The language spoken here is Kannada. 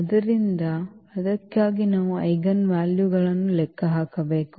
ಆದ್ದರಿಂದ ಅದಕ್ಕಾಗಿ ನಾವು ಐಜೆನ್ ವಾಲ್ಯೂಗಳನ್ನು ಲೆಕ್ಕ ಹಾಕಬೇಕು